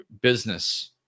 business